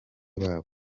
babo